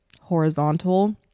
horizontal